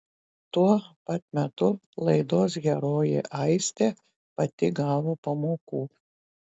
tuo pat metu laidos herojė aistė pati gavo pamokų